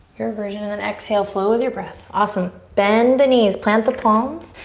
your version. and then exhale, flow with your breath. awesome. bend the knees, plant the palms.